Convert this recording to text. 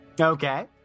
Okay